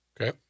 Okay